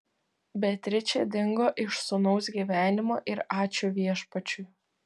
beatričė dingo iš sūnaus gyvenimo ir ačiū viešpačiui